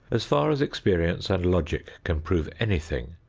as far as experience and logic can prove anything,